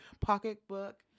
pocketbook